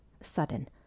sudden